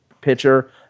pitcher